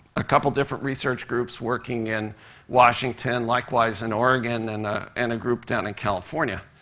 a couple different research groups working in washington, likewise in oregon, and and a group down in california.